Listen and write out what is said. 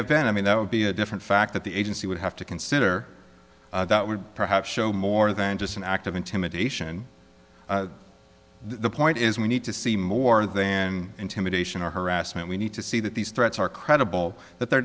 have been i mean that would be a different fact that the agency would have to consider that would perhaps show more than just an act of intimidation the point is we need to see more than intimidation or harassment we need to see that these threats are credible that they're